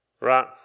right